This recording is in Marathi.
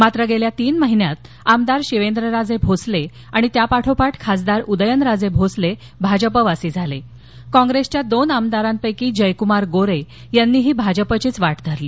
मात्र गेल्या तीन महिन्यात आमदार शिवेंद्रराजे भोसले आणि त्यापाठोपाठ खासदार उदयनराजे भोसले भाजपवासी झाले काँग्रेसच्या दोन आमदारापैकी जयकुमार गोरे यांनीही भाजपचीच वाट धरली